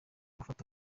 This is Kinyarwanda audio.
ufata